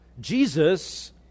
Jesus